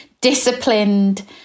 disciplined